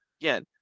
again